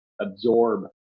absorb